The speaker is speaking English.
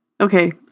Okay